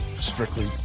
Strictly